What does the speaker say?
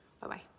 bye-bye